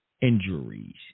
injuries